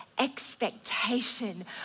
expectation